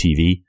TV